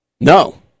No